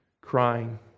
crying